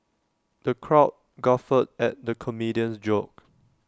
the crowd guffawed at the comedian's jokes